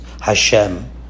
Hashem